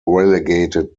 relegated